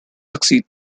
succeed